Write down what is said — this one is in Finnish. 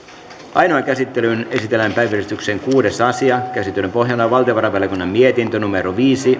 ainoaan käsittelyyn esitellään päiväjärjestyksen kuudes asia käsittelyn pohjana on valtiovarainvaliokunnan mietintö viisi